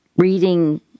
Reading